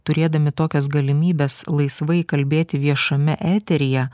turėdami tokias galimybes laisvai kalbėti viešame eteryje